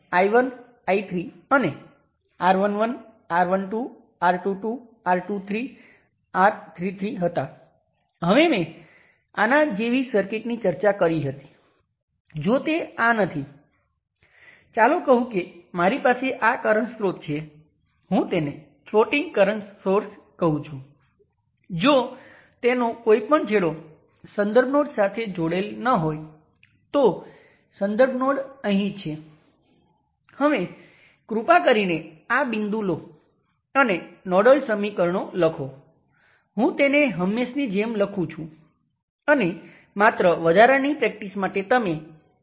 તેથી આ બે ઉમેરીને V ટેસ્ટ એ I ટેસ્ટ થી ઇન્ડિપેન્ડન્ટ રીતે શૂન્ય બનશે